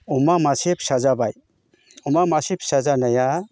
अमा मासे फिसा जाबाय अमा मासे फिसा जानाया